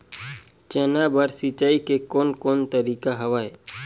चना बर सिंचाई के कोन कोन तरीका हवय?